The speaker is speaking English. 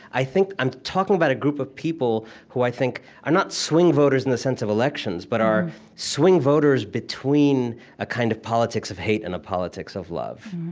i think i'm talking about a group of people who i think are not swing voters in the sense of elections, but are swing voters between a kind of politics of hate and a politics of love.